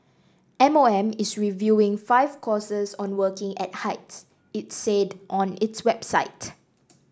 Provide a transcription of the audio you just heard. M O M is reviewing five courses on working at heights its said on its website